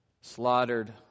slaughtered